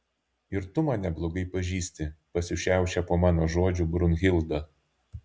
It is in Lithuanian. ir tu mane blogai pažįsti pasišiaušia po mano žodžių brunhilda